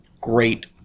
great